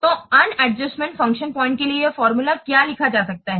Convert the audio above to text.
तो unadjusted function point के लिए यह फॉर्मूला क्या लिखा जा सकता है